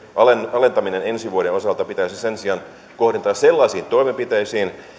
alentaminen ensi vuoden osalta pitäisi sen sijaan kohdentaa sellaisiin toimenpiteisiin